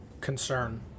concern